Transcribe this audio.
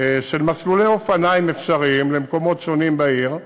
של מסלולי אופניים אפשריים למקומות שונים בעיר.